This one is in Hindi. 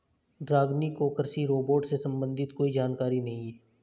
रागिनी को कृषि रोबोट से संबंधित कोई जानकारी नहीं है